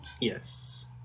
Yes